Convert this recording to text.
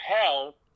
hell